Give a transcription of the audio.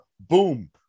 boom